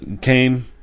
came